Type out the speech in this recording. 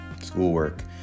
schoolwork